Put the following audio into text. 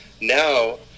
now